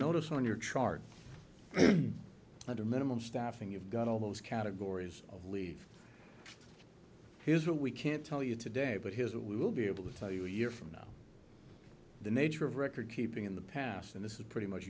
notice on your chart and a minimum staffing you've got all those categories of leave here's what we can tell you today but here's what we will be able to tell you a year from now the nature of record keeping in the past and this is pretty much